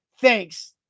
thanks